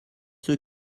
ceux